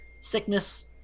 sickness